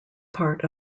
part